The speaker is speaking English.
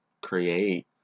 create